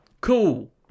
Cool